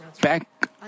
back